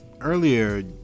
earlier